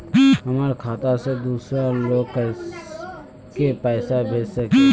हमर खाता से दूसरा लोग के पैसा भेज सके है ने?